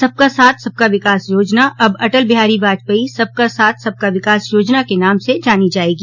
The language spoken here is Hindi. सबका साथ सबका विकास योजना अब अटल बिहारी बाजपेयी सबका साथ सबका विकास योजना के नाम से जानी जायेगी